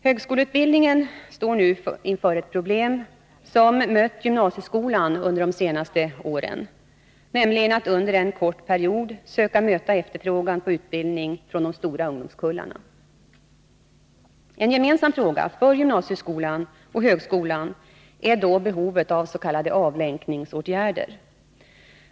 Högskoleutbildningen står nu inför ett problem som mött gymnasieskolan under de senaste åren, nämligen att under en kort period söka möta efterfrågan på utbildning från de stora ungdomskullarna. En gemensam fråga för gymnasieskolan och högskolan är då behovet av s.k. avlänkningsåtgärder.